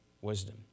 wisdom